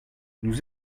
nous